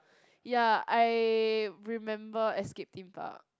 ya I remember Escape-Theme-Park